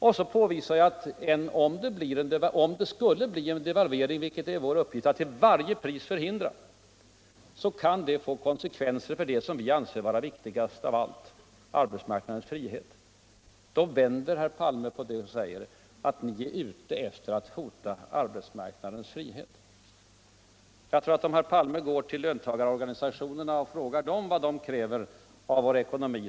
Sedan påvisade jag att om det skulle bli en devalvering — vilket det är vår uppgift att till varje pris förhindra — kan den få konsekvenser för det som vi anser vara det viktigaste av allt: arbetsmarknadens frihet. Då vänder herr Palme på det och säger att vi hotar arbetsmarknadens frihet. Herr Palme kan fråga löntagarorganisationerna vad de kräver av vår ekonomi.